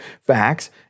facts